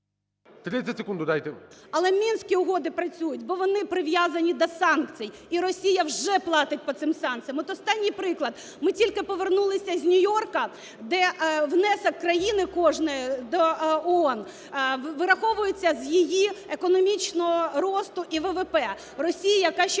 Але Мінські угоди працюють, бо вони прив'язані до санкцій, і Росія вже платить по цим санкціям. От останній приклад. Ми тільки повернулися з Нью-Йорка, де внесок країни кожної до ООН вираховується з її економічного росту і ВВП.